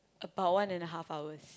about one and a half hours